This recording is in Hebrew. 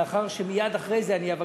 לאחר שאני אבקש,